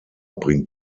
bringt